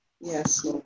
Yes